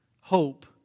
Hope